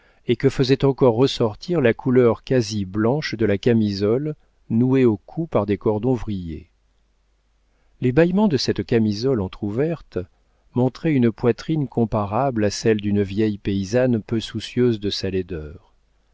et que faisait encore ressortir la couleur quasi blanche de la camisole nouée au cou par des cordons vrillés les bâillements de cette camisole entr'ouverte montraient une poitrine comparable à celle d'une vieille paysanne peu soucieuse de sa laideur